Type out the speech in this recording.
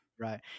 right